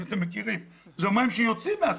אלה מים שיוצאים מהסחנה,